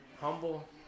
humble